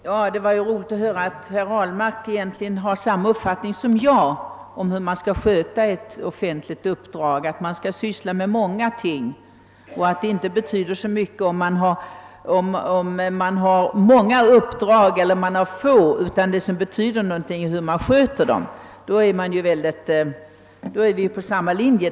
Herr talman! Det var ju roligt att höra att herr Ahlmark egentligen har samma uppfattning som jag om hur man skall sköta ett offentligt uppdrag, nämligen att man skall syssla med många ting och att det inte betyder så mycket om man har många uppdrag eller om man har få utan att det som betyder någonting är hur man sköter dem. Då är vi ju på samma linje.